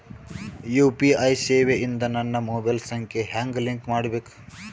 UPI ಸೇವೆ ಇಂದ ನನ್ನ ಮೊಬೈಲ್ ಸಂಖ್ಯೆ ಹೆಂಗ್ ಲಿಂಕ್ ಮಾಡಬೇಕು?